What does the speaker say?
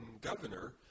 governor